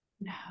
No